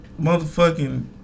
motherfucking